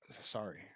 sorry